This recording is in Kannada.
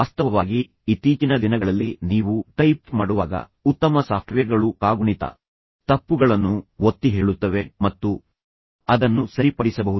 ವಾಸ್ತವವಾಗಿ ಇತ್ತೀಚಿನ ದಿನಗಳಲ್ಲಿ ನೀವು ಟೈಪ್ ಮಾಡುವಾಗ ಉತ್ತಮ ಸಾಫ್ಟ್ವೇರ್ಗಳು ಕಾಗುಣಿತ ತಪ್ಪುಗಳನ್ನು ಒತ್ತಿಹೇಳುತ್ತವೆ ಮತ್ತು ಅದನ್ನು ಟೈಪ್ ಮಾಡಿದಾಗಲೂ ಅದನ್ನು ಸರಿಪಡಿಸಬಹುದು